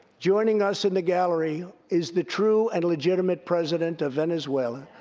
joining us in the gallery is the true and legitimate president of venezuela,